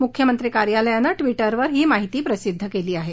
मुख्यमंत्री कार्यालयानं ट्विटरवर ही माहिती प्रसिद्ध केली आहे